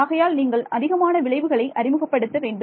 ஆகையால் நீங்கள் அதிகமான விளைவுகளை அறிமுகப்படுத்த வேண்டும்